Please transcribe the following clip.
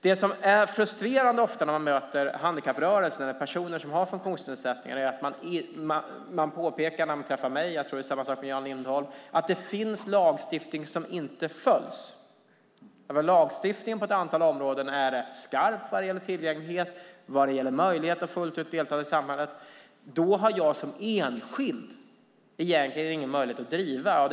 Det är ofta frustrerande när man möter handikapprörelsen och personer som har funktionsnedsättningar. De påpekar för mig, och jag tror att det är samma för Jan Lindholm, att det finns lagstiftning som inte följs. Själva lagstiftningen på ett antal områden är rätt skarp vad gäller tillgänglighet och möjlighet att fullt ut delta i samhället. Men jag har som enskild egentligen ingen möjlighet att driva en fråga.